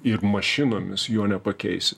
ir mašinomis jo nepakeisi